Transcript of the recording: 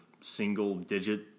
single-digit